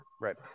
right